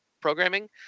programming